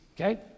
okay